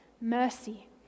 Mercy